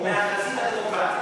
הקומוניסטית, הוא מהחזית הדמוקרטית.